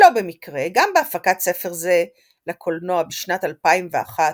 שלא במקרה, גם בהפקת ספר זה לקולנוע בשנת 2001,